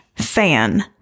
Fan